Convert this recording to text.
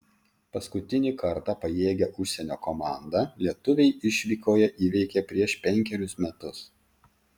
paskutinį kartą pajėgią užsienio komandą lietuviai išvykoje įveikė prieš penkerius metus